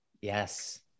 Yes